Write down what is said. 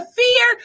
fear